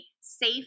safe